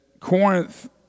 Corinth